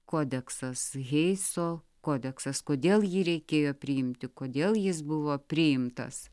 kodeksas heiso kodeksas kodėl jį reikėjo priimti kodėl jis buvo priimtas